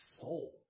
soul